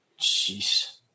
Jeez